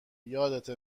یادته